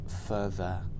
further